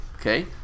okay